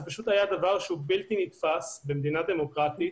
זה היה דבר שהוא בלתי נתפס במדינה דמוקרטית.